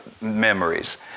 memories